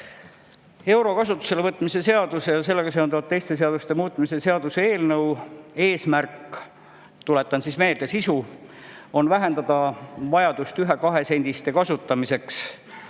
Euro kasutusele võtmise seaduse ja sellega seonduvalt teiste seaduste muutmise seaduse eelnõu eesmärk – tuletan sisu meelde – on vähendada ühe- ja kahesendiste kasutamise